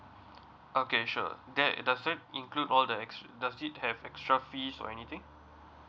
okay sure that does it include all the ex~ does it have extra fees or anything